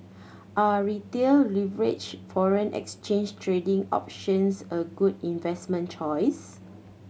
are Retail leveraged foreign exchange trading options a good investment choice